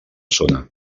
zona